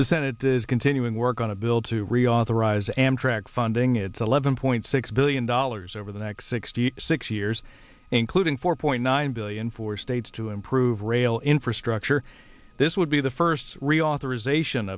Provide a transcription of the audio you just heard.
the senate is continuing work on a bill to reauthorize amtrak funding it's eleven point six billion dollars over the next sixty six years including four point nine billion for states to improve rail infrastructure this would be the first reauthorization